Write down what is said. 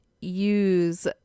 use